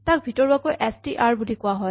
যাক ভিতৰুৱাকৈ S T R বুলি কোৱা হয়